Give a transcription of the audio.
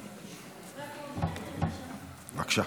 בבקשה.